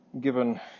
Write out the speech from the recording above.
given